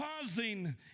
pausing